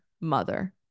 mother